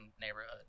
neighborhood